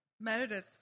Meredith